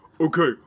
Okay